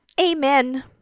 amen